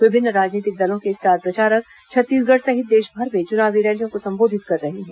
विभिन्न राजनीतिक दलों के स्टार प्रचारक छत्तीसगढ़ सहित देशभर में चुनावी रैलियों को संबोधित कर रहे हैं